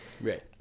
Right